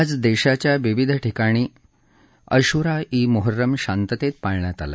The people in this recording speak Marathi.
आज देशाच्या विविध ठिकाणी अशुरा ठिमुहर्रम शांततेत पाळण्यात आला